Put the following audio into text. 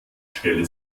stelle